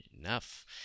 enough